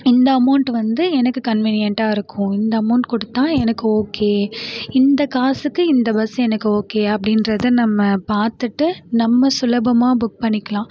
இந்த அமௌன்ட் வந்து எனக்கு கன்வினியன்ட்டாக இருக்கும் இந்த அமௌன்ட் கொடுத்தா எனக்கு ஓகே இந்த காசுக்கு இந்த பஸ் எனக்கு ஓகே அப்படின்றத நம்ம பார்த்துட்டு நம்ம சுலபமாக புக் பண்ணிக்கலாம்